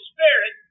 Spirit